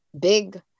big